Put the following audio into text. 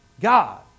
God